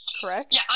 correct